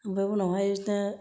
ओमफ्राय उनावहाय बिदिनो